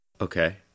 Okay